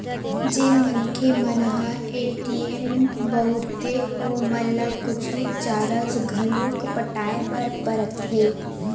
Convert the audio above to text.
जेन मनखे मन ह ए.टी.एम बउरथे ओमन ल कुछु चारज घलोक पटाय बर परथे